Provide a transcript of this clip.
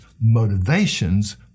motivations